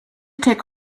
take